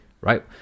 right